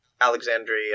alexandria